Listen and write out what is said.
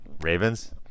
Ravens